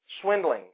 swindling